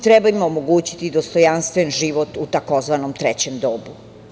Treba im omogućiti dostojanstven život u takozvanom trećem dobu.